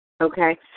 okay